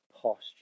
posture